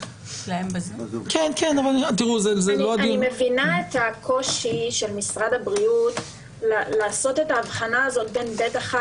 אני מבינה את הקושי של משרד הבריאות לעשות את ההבחנה בין ב'1